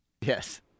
Yes